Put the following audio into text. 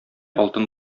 алтын